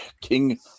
King